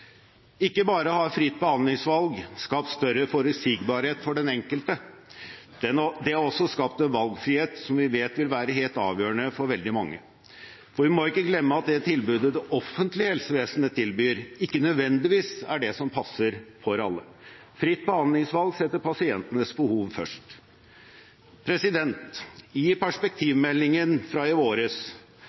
Ikke bare har fritt behandlingsvalg skapt større forutsigbarhet for den enkelte, det har også skapt en valgfrihet som vi vet vil være helt avgjørende for veldig mange. For vi må ikke glemme at det tilbudet det offentlige helsevesenet tilbyr, ikke nødvendigvis er det som passer for alle. Fritt behandlingsvalg setter pasientenes behov først. I perspektivmeldingen fra i vår